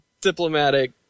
diplomatic